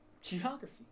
geography